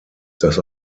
das